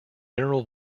mineral